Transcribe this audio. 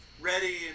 ready